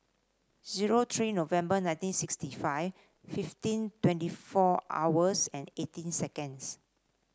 zero three November nineteen sixty five fifteen twenty four hours and eighteen seconds